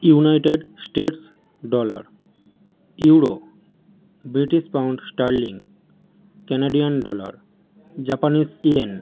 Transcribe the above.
United States dollar euro British pound sterling canadian dollar japanese yen